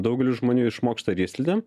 daugelis žmonių išmoksta riedslidėm